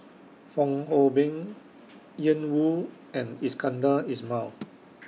Fong Hoe Beng Ian Woo and Iskandar Ismail